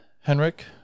Henrik